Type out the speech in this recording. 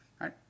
right